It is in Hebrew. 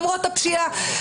למרות הפשיעה,